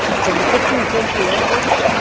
from the fifteenth century onwards,